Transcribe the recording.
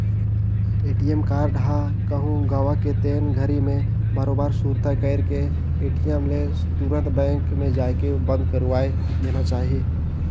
ATM card ह कहूँ गवा गे तेन घरी मे बरोबर सुरता कइर के ए.टी.एम ले तुंरत बेंक मे जायके बंद करवाये देना चाही